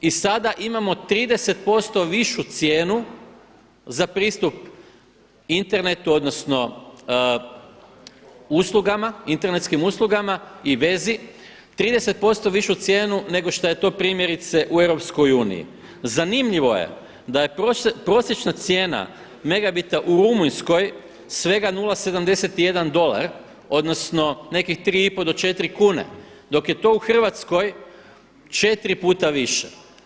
I sada imamo 30% višu cijenu za pristup internetu odnosno uslugama, internetski uslugama i vezi, 30% višu cijenu nego što je to primjerice u EU. zanimljivo je da je prosječna cijena megabita u Rumunjskoj svega 0,71 dolar, odnosno nekih 3,5 do 4 kune, dok je to u Hrvatskoj 4 puta više.